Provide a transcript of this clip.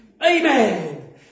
Amen